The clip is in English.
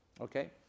Okay